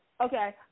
Okay